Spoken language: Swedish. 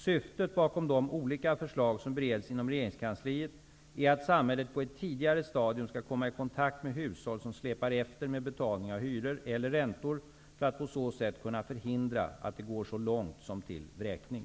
Syftet bakom de olika förslag som bereds inom regeringskansliet är att samhället på ett tidigare stadium skall komma i kontakt med hushåll som släpar efter med betalning av hyror eller räntor för att på så sätt kunna förhindra att det går så långt som till vräkning.